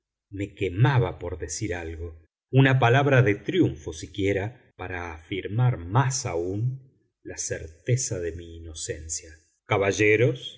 me quemaba por decir algo una palabra de triunfo siquiera para afirmar más aún la certeza de mi inocencia caballeros